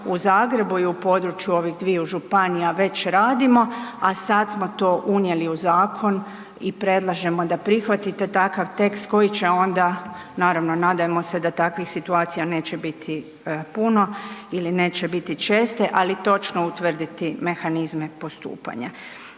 u Zagrebu i u području ovih dviju županija već radimo, a sad smo to unijeli u zakon i predlažemo da prihvatite takav tekst koji će onda, naravno, nadajmo se da takvih situacija neće biti puno ili neće biti česte, ali točno utvrditi mehanizme postupanja.